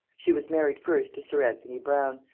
she was married first to sir anthony brown,